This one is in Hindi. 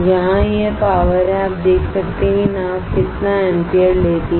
यहाँ यह पावर है आप देख सकते हैं कि नाव कितना एंपियर लेती है